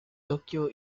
tokio